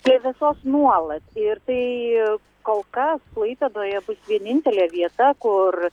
plevėsuos nuolat ir tai kol kas klaipėdoje bus vienintelė vieta kur